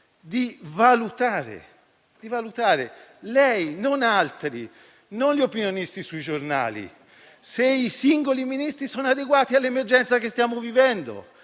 Presidente, di valutare - lei, non altri, non gli opinionisti sui giornali - se i singoli Ministri siano adeguati all'emergenza che stiamo vivendo,